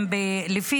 לפי